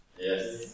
Yes